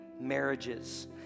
marriages